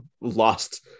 lost